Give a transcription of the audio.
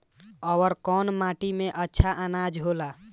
अवर कौन माटी मे अच्छा आनाज होला?